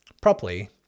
properly